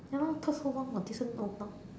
ya lor talk so long got different or not